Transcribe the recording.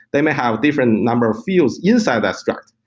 they may have different number of fields inside that strat.